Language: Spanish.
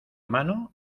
mano